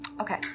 Okay